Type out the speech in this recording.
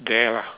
there lah